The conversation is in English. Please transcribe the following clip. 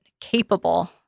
capable